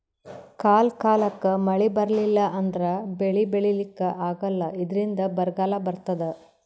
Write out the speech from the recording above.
ಕಾಲ್ ಕಾಲಕ್ಕ್ ಮಳಿ ಬರ್ಲಿಲ್ಲ ಅಂದ್ರ ಬೆಳಿ ಬೆಳಿಲಿಕ್ಕ್ ಆಗಲ್ಲ ಇದ್ರಿಂದ್ ಬರ್ಗಾಲ್ ಬರ್ತದ್